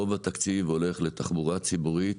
רוב התקציב הולך לתחבורה ציבורית.